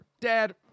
Dad